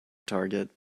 target